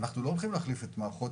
אנחנו לא הולכים להחליף את מערכות